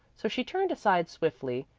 so she turned aside swiftly,